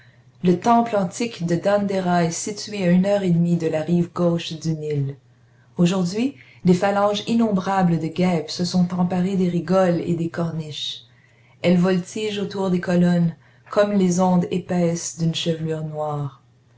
le temple antique de denderah est situé à une heure et demie de la rive gauche du nil aujourd'hui des phalanges innombrables de guêpes se sont emparées des rigoles et des corniches elles voltigent autour des colonnes comme les ondes épaisses d'une chevelure noire